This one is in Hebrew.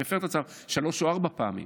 שמפר את הצו שלוש או ארבע פעמים.